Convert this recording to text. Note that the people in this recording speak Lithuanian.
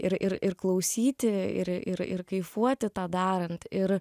ir ir ir klausyti ir ir ir kaifuoti tą darant ir